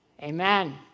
amen